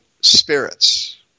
spirits